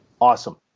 awesome